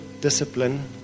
discipline